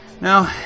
Now